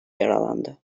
yaralandı